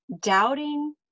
doubting